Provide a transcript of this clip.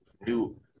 new